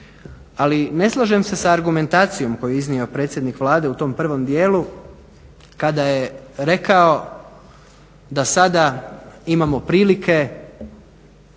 ali ne slažem se s argumentacijom koju je iznio predsjednik Vlade u tom prvom dijelu kada je rekao da sada imamo prilike,